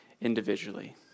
individually